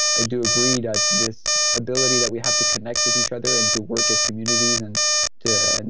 i do agree that this ability that we have to connect with each other and to work as communities and to. and